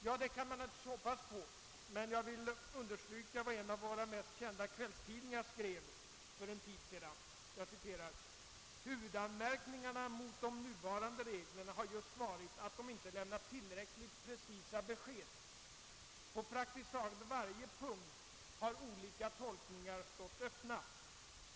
Ja, det kan man naturligtvis hoppas på, men jag vill understryka vad en av våra mest kända kvällstidningar skrev för en tid sedan: »Huvudanmärkningarna mot de nuvarande reglerna har just varit att de inte lämnat tillräckligt precisa besked. På praktiskt taget varje punkt har olika tolkningar stått öppna.